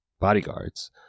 bodyguards